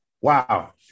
Wow